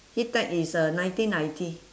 heat tech is uh nineteen ninety